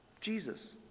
Jesus